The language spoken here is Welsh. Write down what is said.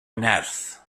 nerth